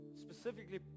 specifically